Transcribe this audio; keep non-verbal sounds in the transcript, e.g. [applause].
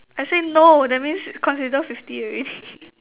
I say no that means consider fifty already [laughs]